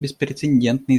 беспрецедентные